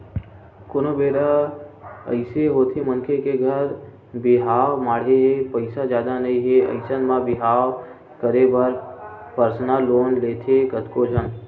कोनो बेरा अइसे होथे मनखे के घर बिहाव माड़हे हे पइसा जादा नइ हे अइसन म बिहाव करे बर परसनल लोन लेथे कतको झन